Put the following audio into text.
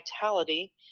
vitality